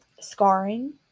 scarring